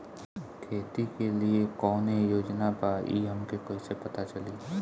खेती के लिए कौने योजना बा ई हमके कईसे पता चली?